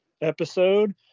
episode